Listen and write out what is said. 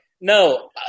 no